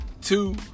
Two